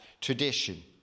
tradition